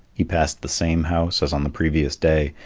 he passed the same house as on the previous day,